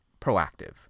proactive